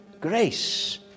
grace